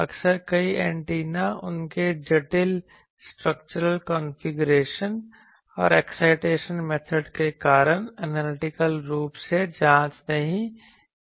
अक्सर कई एंटेना उनके जटिल स्ट्रक्चरल कॉन्फ़िगरेशन और एक्साइटेशन मेथड के कारण एनालिटिकल रूप से जांच नहीं की जा सकती है